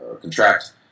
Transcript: contract